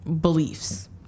beliefs